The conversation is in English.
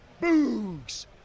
Boogs